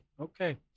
Okay